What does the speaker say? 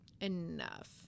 enough